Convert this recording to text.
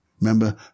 Remember